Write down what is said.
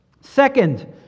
Second